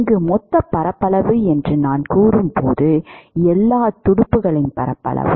இங்கு மொத்தப் பரப்பளவு என்று நான் கூறும்போது எல்லாத் துடுப்புகளின் பரப்பளவும்